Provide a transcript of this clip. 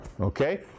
okay